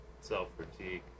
self-critique